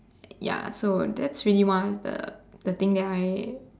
ya so that's really one of the the thing that I